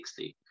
60